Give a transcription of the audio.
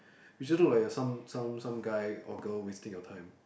you just look like a some some some guy or girl wasting your time